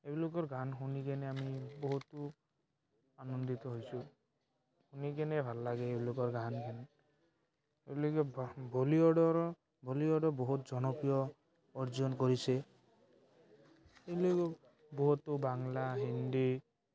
এওঁলোকৰ গান শুনি কেনে আমি বহুতো আনন্দিত হৈছোঁ শুনি কেনে ভাল লাগে এওঁলোকৰ গান এওঁলোকে বা বলিউডৰ বলিউডৰ বহুত জনপ্ৰিয় অৰ্জন কৰিছে এওঁলোকক বহুতো বাংলা হিন্দী